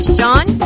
Sean